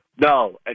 No